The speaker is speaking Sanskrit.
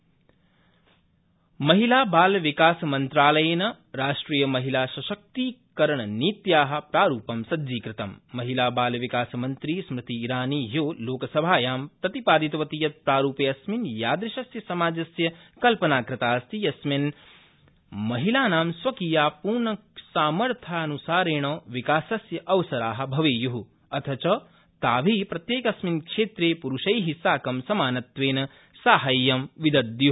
महिलासशक्तीकरण महिलाबालविकासमन्त्रालयेन राष्ट्रियमहिला सशक्तीकरणनीत्या प्रारूपं सज्जीकृतं महिलाबालविकासमंत्री स्मृति ईरानी ह्यो लोकसभायाम् प्रतिपादितवती यत् प्रारूपे अस्मिन् यादृशस्य समाजस्य कल्पना कृता अस्ति यस्मिन् महिलानां स्वकीया पूर्ण सामध्यानुसारेण विकासस्य अवसरा भवेय् अथ च ताभि प्रत्येकस्मिन् क्षेत्रे पुरूषै साकं समानत्वेन साहाय्यं विदद्यू